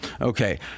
Okay